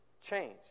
change